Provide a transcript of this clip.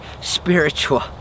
spiritual